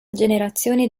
generazioni